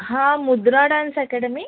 हां Mudra dance academy